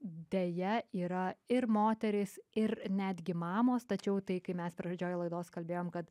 deja yra ir moterys ir netgi mamos tačiau tai kai mes pradžioj laidos kalbėjom kad